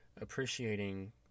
appreciating